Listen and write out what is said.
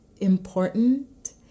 important